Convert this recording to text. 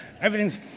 Everything's